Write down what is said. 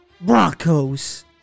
Broncos